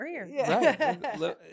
Right